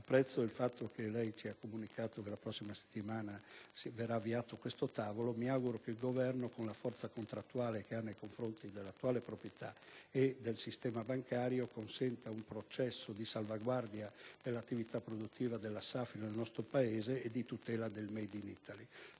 che il Sottosegretario ci ha comunicato che la prossima settimana verrà avviato questo tavolo. Mi auguro che il Governo, con la forza contrattuale che ha nei confronti dell'attuale proprietà e del sistema bancario, consenta un processo di salvaguardia dell'attività produttiva della Safilo nel nostro Paese e di tutela del *made in Italy*.